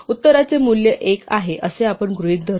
उत्तराचे मूल्य 1 आहे असे आपण गृहीत धरतो